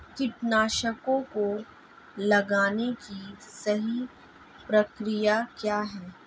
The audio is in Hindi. कीटनाशकों को लगाने की सही प्रक्रिया क्या है?